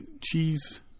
cheese